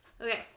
Okay